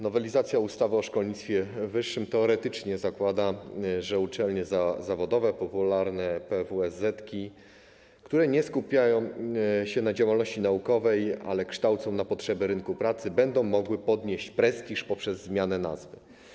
Nowelizacja ustawy o szkolnictwie wyższym teoretycznie zakłada, że uczelnie zawodowe, popularne PWSZ-etki, które nie skupiają się na działalności naukowej, ale kształcą na potrzeby rynku pracy, będą mogły podnieść prestiż poprzez zmianę nazwy.